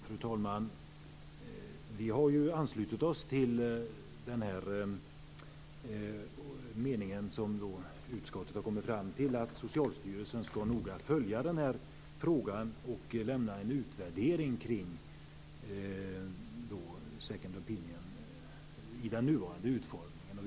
Fru talman! Vi har anslutit oss till den mening som utskottet har kommit fram till, dvs. att Socialstyrelsen skall noga följa den här frågan och lämna en utvärdering kring second opinion i den nuvarande utformningen.